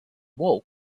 awoke